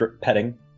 petting